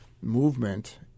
movement